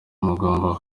mugomba